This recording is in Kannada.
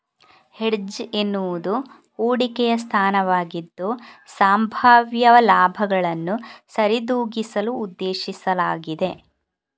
ಹೆಡ್ಜ್ ಎನ್ನುವುದು ಹೂಡಿಕೆಯ ಸ್ಥಾನವಾಗಿದ್ದು, ಸಂಭಾವ್ಯ ಲಾಭಗಳನ್ನು ಸರಿದೂಗಿಸಲು ಉದ್ದೇಶಿಸಲಾಗಿದೆ